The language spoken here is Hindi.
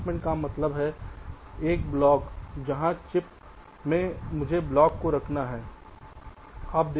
प्लेसमेंट का मतलब है एक ब्लॉक जहाँ चिप में मुझे ब्लॉक को रखना है